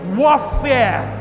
warfare